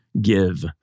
give